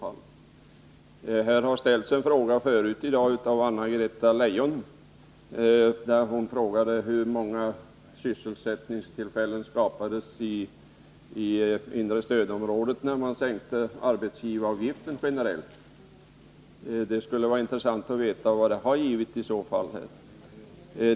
Anna-Greta Leijon har tidigare i dag frågat hur många sysselsättningstillfällen som skapades i det inre stödområdet när man sänkte arbetsgivaravgiften generellt. Det skulle vara intressant att få veta vad det har givit.